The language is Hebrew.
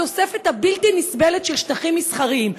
התוספת הבלתי-נסבלת של שטחים מסחריים.